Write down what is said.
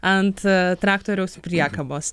ant traktoriaus priekabos